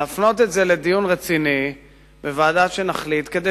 להפנות את זה לדיון רציני בוועדה שנחליט כדי